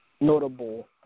notable